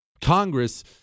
Congress